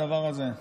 הדבר הזה?